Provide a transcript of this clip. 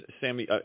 Sammy